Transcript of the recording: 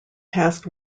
past